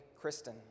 Kristen